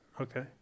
Okay